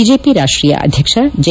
BJP ರಾಷ್ಟೀಯ ಅಧ್ಯಕ್ಷ J